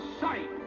sight